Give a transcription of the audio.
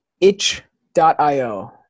itch.io